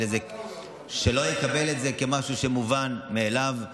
שלא יקבל את זה כמשהו מובן מאליו.